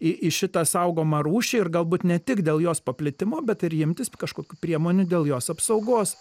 į šitą saugomą rūšį ir galbūt ne tik dėl jos paplitimo bet ir imtis kažkokių priemonių dėl jos apsaugos